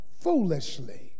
foolishly